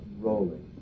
rolling